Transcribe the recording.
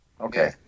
Okay